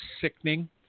sickening